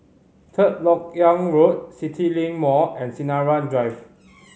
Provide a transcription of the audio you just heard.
Third Lok Yang Road CityLink Mall and Sinaran Drive